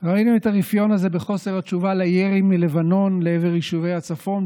ראינו את הרפיון הזה בחוסר התשובה על הירי מלבנון לעבר יישובי הצפון,